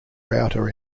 router